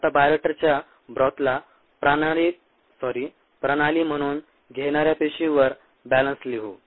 आता बायोरिएक्टरच्या ब्रॉथला प्रणाली म्हणून घेणाऱ्या पेशींवर बॅलन्स लिहू